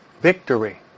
victory